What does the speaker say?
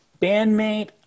bandmate